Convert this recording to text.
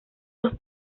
los